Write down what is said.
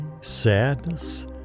sadness